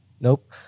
Nope